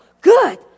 good